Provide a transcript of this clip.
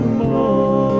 more